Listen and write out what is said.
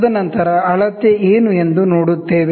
ತದನಂತರ ಅಳತೆ ಏನು ಎಂದು ನೋಡುತ್ತೇವೆ